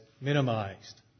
minimized